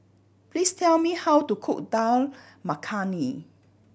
please tell me how to cook Dal Makhani